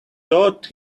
taught